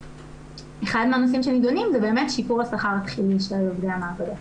אחד מהנושאים שנידונים זה באמת שיפור שכר של עובדי המעבדות.